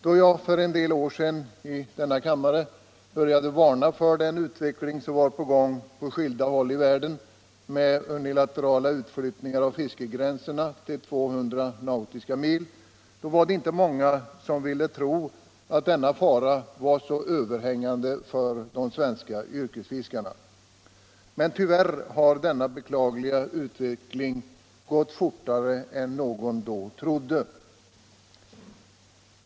Då jag för en del år sedan i denna kammare började varna för den utveckling som var på gång på skilda håll i världen med unilaterala utflyttningar av fiskegränserna till 200 nautiska mil var det inte många som ville tro att denna fara var så överhängande för de svenska yrkesfiskarna. Men tyvärr har denna beklagliga utveckling gått fortare än någon då trodde.